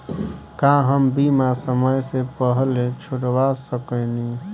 का हम बीमा समय से पहले छोड़वा सकेनी?